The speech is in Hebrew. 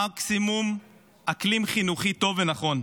מקסימום אקלים חינוכי טוב ונכון,